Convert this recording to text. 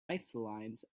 isolines